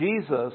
Jesus